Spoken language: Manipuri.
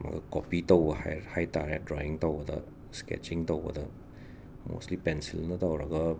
ꯃꯗꯨ ꯀꯣꯞꯄꯤ ꯇꯧꯕ ꯍꯥꯏꯔ ꯍꯥꯏ ꯇꯥꯔꯦ ꯗ꯭ꯔꯣꯌꯤꯡ ꯇꯧꯕꯗ ꯁ꯭ꯀꯦꯠꯆꯤꯡ ꯇꯧꯕꯗ ꯃꯣꯁꯂꯤ ꯄꯦꯟꯁꯤꯜꯅ ꯇꯧꯔꯒ